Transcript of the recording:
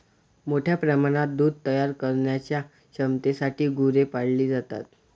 मोठ्या प्रमाणात दूध तयार करण्याच्या क्षमतेसाठी गुरे पाळली जातात